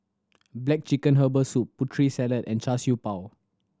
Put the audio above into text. black chicken herbal soup Putri Salad and Char Siew Bao